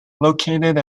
located